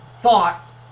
thought